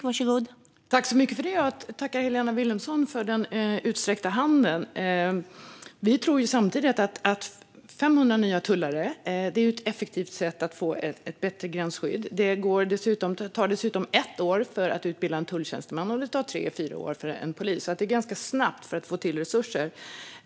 Fru talman! Jag tackar Helena Vilhelmsson för den utsträckta handen. Vi tror samtidigt att 500 nya tullare är ett effektivt sätt att få ett bättre gränsskydd. Det tar dessutom ett år att utbilda en tulltjänsteman medan det tar tre eller fyra år för en polis, så det går ganska snabbt att få till resurser.